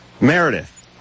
Meredith